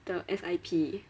the S_I_P